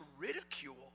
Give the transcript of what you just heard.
ridicule